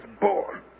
born